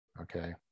okay